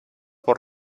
por